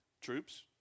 Troops